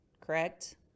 Correct